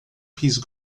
peace